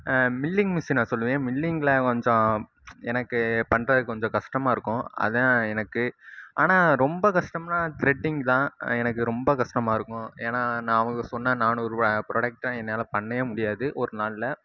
milling மிஷினை சொல்லுவேன் மில்லிங்கில் கொஞ்சம் எனக்கு பண்ணுறது கொஞ்சம் கஷ்டமாக இருக்கும் அதான் எனக்கு ஆனா ரொம்ப கஷ்டம்னால் த்ரெடிங் தான் எனக்கு ரொம்ப கஷ்டமாக இருக்கும் ஏன்னால் நான் அவுங்க சொன்ன நானூறு ப்ராடெக்ட்லாம் என்னால் பண்ணவே முடியாது ஒரு நாளில்